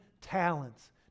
talents